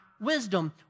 wisdom